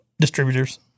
distributors